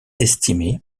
estimé